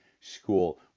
school